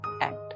act